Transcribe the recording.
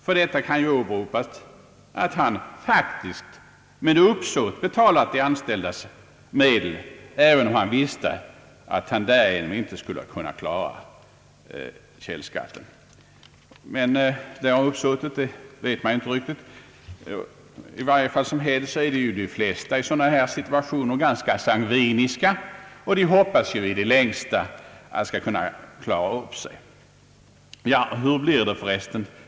För detta kan åberopas att han faktiskt med uppsåt betalat de anställdas löner trots att han visste att han därigenom inte skulle kunna klara källskatten. Men uppsåtet kan man inte riktigt fastställa. I varje fall är de flesta i sådana här situationer ganska sangviniska och hoppas i det längsta att det skall klaras upp.